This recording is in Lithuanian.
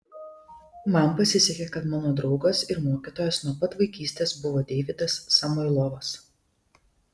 man pasisekė kad mano draugas ir mokytojas nuo pat vaikystės buvo deividas samoilovas